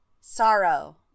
sorrow